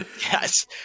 Yes